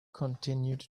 continued